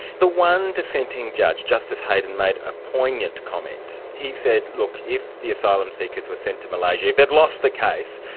the one dissenting judge, justice hayden, made a poignant comment, he said, look, if the asylum seekers were sent to malaysia, if they'd lost the case,